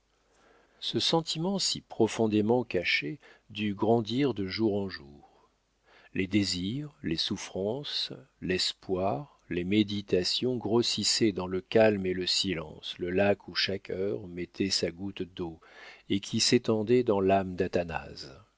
ce sentiment si profondément caché dut grandir de jour en jour les désirs les souffrances l'espoir les méditations grossissaient dans le calme et le silence le lac où chaque heure mettait sa goutte d'eau et qui s'étendait dans l'âme d'athanase